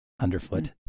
Underfoot